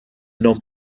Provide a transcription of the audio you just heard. n’ont